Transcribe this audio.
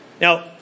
Now